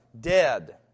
dead